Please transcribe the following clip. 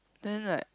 then like